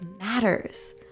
matters